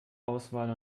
auswahl